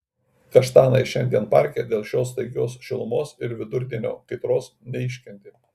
kaštanai šiandien parke dėl šios staigios šilumos ir vidurdienio kaitros neiškentė